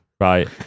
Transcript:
Right